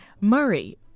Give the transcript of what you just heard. Murray